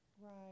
Right